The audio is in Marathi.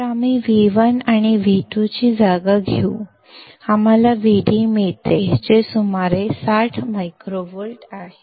तर आम्ही V1 आणि V2 ची जागा घेऊ आम्हाला Vd मिळते जे सुमारे 60 मायक्रोव्होल्ट आहे